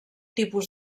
tipus